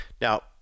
Now